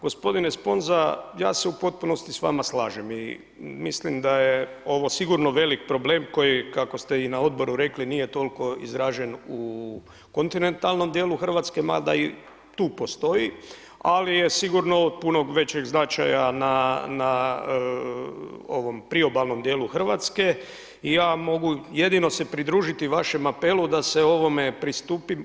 Gospodine Sponza, ja se u potpunosti s vama slažem i mislim da je ovo sigurno velik problem koji kako ste i na odboru rekli nije tako izražen u kontinentalnom dijelu RH, mada i tu postoji, ali je sigurno od puno većeg značaja na priobalnom dijelu RH i ja mogu jedino se pridružiti vašem apelu da se ovome pristupi.